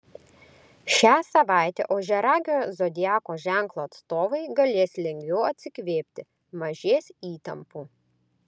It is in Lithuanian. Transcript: šią savaitę ožiaragio zodiako ženklo atstovai galės lengviau atsikvėpti mažės įtampų